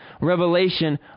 revelation